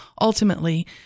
ultimately